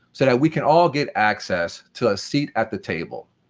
so yeah we can all get access to a seat at the table.